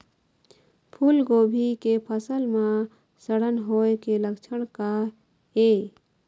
फूलगोभी के फसल म सड़न होय के लक्षण का ये?